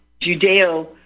Judeo